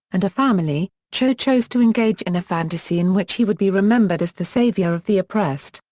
and a family, cho chose to engage in a fantasy in which he would be remembered as the savior of the oppressed,